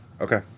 Okay